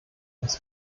das